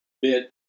bit